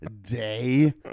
day